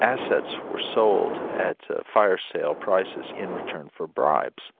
assets were sold at fire-sale prices in return for bribes.